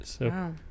Wow